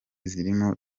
zirimo